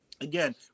again